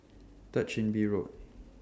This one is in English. Third Chin Bee Road